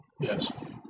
Yes